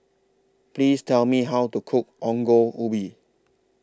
Please Tell Me How to Cook Ongol Ubi